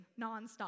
nonstop